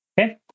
Okay